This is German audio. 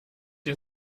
den